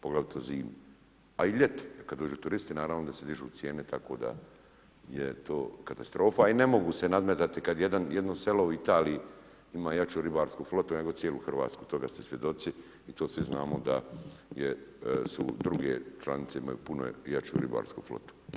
Poglavito zimi a i ljeti kad dođu turisti, naravno da se dižu cijene tako da je to katastrofa a i ne mogu se nadmetati kad jedno selo u Italiji imaju jaču ribarsku flotu nego cijelo Hrvatsku, toga ste svjedoci i to svi znamo da druge članice imaju puno jaču ribarsku flotu.